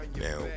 Now